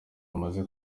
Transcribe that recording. amaze